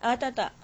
ah tak tak